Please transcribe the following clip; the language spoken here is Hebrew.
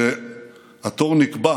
התור נקבע